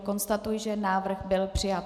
Konstatuji, že návrh byl přijat.